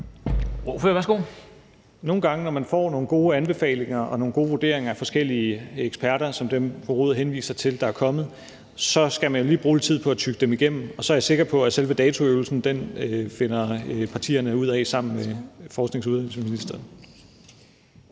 Nogle gange, når man får nogle gode anbefalinger og nogle gode vurderinger af forskellige eksperter som dem, fru Lotte Rod henviser til er kommet, skal man lige bruge lidt tid på at tygge dem igennem, og så er jeg sikker på, at selve datoøvelsen finder partierne ud af sammen med forsknings- og uddannelsesministeren.